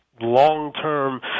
long-term